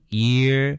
year